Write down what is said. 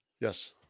Yes